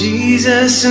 Jesus